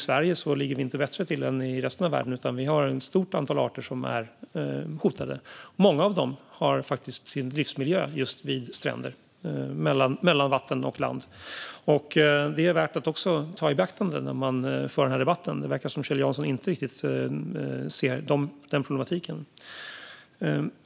Där ligger vi inte bättre till i Sverige än i resten av världen. Vi har ett stort antal arter som är hotade, och många av dem har faktiskt sin livsmiljö just vid stränder mellan vatten och land. Det är också värt att ta i beaktande när man för den här debatten, men det verkar som om Kjell Jansson inte riktigt ser den problematiken.